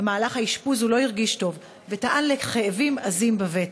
במהלך האשפוז הוא לא הרגיש טוב וטען לכאבים עזים בבטן.